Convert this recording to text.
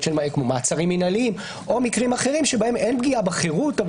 מעצרים מינהליים או מקרים אחרים שבהם אין פגיעה בחירות אבל